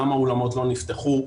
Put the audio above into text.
למה האולמות לא נפתחו.